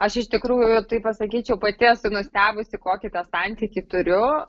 aš iš tikrųjų tai pasakyčiau pati esu nustebusi kokį tą santykį turiu